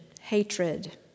hatred